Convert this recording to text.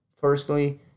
Firstly